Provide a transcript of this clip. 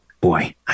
boy